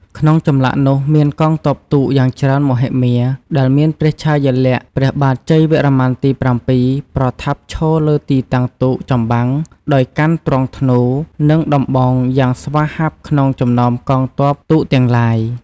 ក្នុងចម្លាក់នោះ មានកងទ័ពទូកយ៉ាងច្រើនមហិមាដែលមានព្រះឆាយាល័ក្ខណ៍ ព្រះបាទជ័យវរ្ម័នទី៧ ប្រថាប់ឈរលើទីតាំងទូកចម្បាំងដោយកាន់ទ្រង់ធ្នូ និងដំបងយ៉ាងស្វាហាប់ក្នុងចំណោមកងទ័ពទូកទាំងឡាយ។